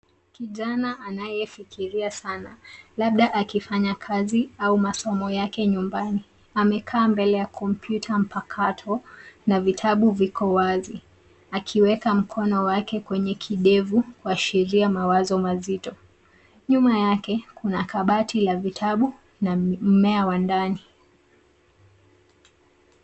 Kijana anayefikiria sana labda akifanya kazi au masomo yake nyumbani. Amekaa mbele ya kompyuta mpakato na vitabu viko wazi akiweka mkono wake kwenye kindefu kuashiria mawazo mazito. Nyuma yake kuna kabati la vitabu na mmea wa ndani.